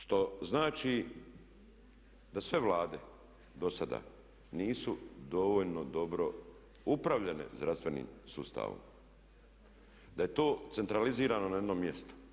Što znači da sve Vlade dosada nisu dovoljno dobro upravljale zdravstvenim sustavom, da je to centralizirano na jednom mjestu.